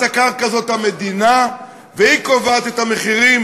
הקרקע זאת המדינה והיא קובעת את המחירים,